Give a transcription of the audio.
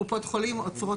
קופות החולים עוצרות,